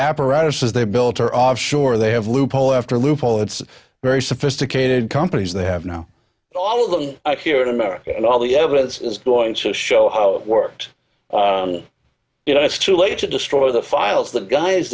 apparatuses they built are off sure they have loophole after loophole it's very sophisticated companies they have now all of them here in america and all the evidence is going to show how it worked you know it's too late to destroy the files the guys